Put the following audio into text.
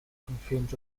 confirmed